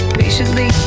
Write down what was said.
patiently